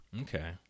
Okay